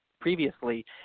previously